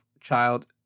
child